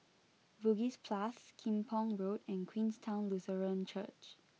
Bugis plus Kim Pong Road and Queenstown Lutheran Church